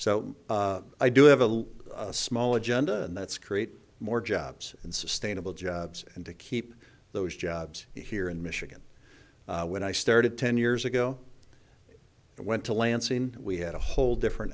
so i do have a small agenda and that's create more jobs and sustainable jobs and to keep those jobs here in michigan when i started ten years ago i went to lansing we had a whole different